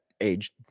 age